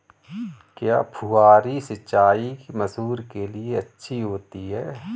क्या फुहारी सिंचाई मसूर के लिए अच्छी होती है?